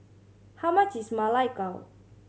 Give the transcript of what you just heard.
how much is Ma Lai Gao